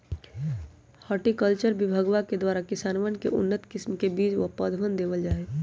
horticulture विभगवा के द्वारा किसान के उन्नत किस्म के बीज व पौधवन देवल जाहई